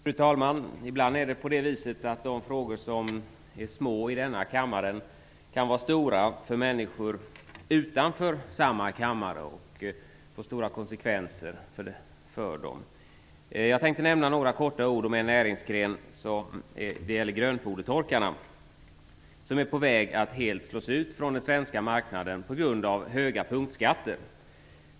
Fru talman! Ibland kan de frågor som är av liten betydelse i kammaren få stora konsekvenser för människor utanför samma kammare. Jag tänker säga några ord om grönfodertorkarna, en näringsgren som är på väg att helt slås ut från den svenska marknaden på grund av höga punktskatter.